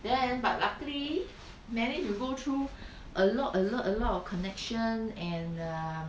then but luckily manage to go through a lot a lot a lot of connection and err